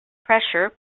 pressure